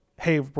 hey